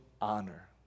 honor